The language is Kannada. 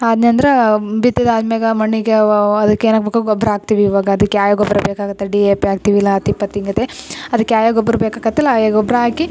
ಅದ್ನಂದ್ರೆ ಬಿತ್ತದು ಆದ್ಮೆಗೆ ಮಣ್ಣಿಗೆ ಅದಕ್ಕೆ ಏನು ಹಾಕ್ಬೇಕು ಗೊಬ್ಬರ ಹಾಕ್ತಿವಿ ಇವಾಗ ಅದಕ್ಕೆ ಯಾವ ಯಾವ ಗೊಬ್ಬರ ಬೇಕಾಗುತ್ತೆ ಡಿ ಎ ಪಿ ಹಾಕ್ತಿವ್ ಇಲ್ಲ ಹಿಂಗತೆ ಅದಕ್ಕೆ ಯಾ ಯಾ ಗೊಬ್ಬರ ಬೇಕಾಗತಲ್ಲ ಆಯಾ ಗೊಬ್ಬರ ಹಾಕಿ